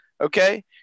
Okay